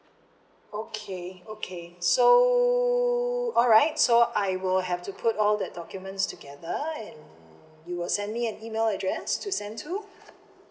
okay okay so alright so I will have to put all that documents together and you will send me an email address to send to